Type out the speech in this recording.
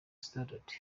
standard